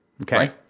Okay